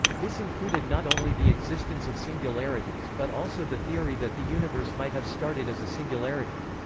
this included not only the existence of singularities but also the theory that the universe might have started as a singularity.